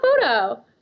photo